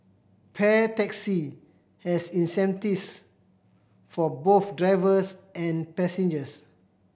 Pair Taxi has incentives for both drivers and passengers